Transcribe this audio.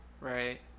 right